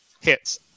Hits